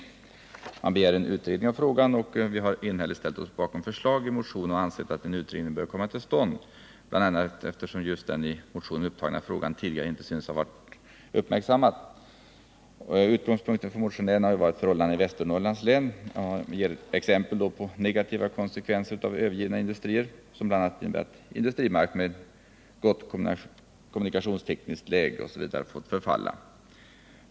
Motionärerna begären utredning av frågan. Utskottet har enhälligt ställt sig bakom förslaget i motionen och ansett att en utredning bör komma till stånd, bl.a. eftersom just den i motionen upptagna frågan tidigare inte synes ha varit uppmärk sammad. Motionärerna har — med utgångspunkt i förhållandena i Västernorrlands län — givit exempel på negativa konsekvenser av övergivna industrier, som bl.a. inneburit att industrimark med gott kommunikationstekniskt läge fått förfalla.